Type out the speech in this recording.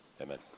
Amen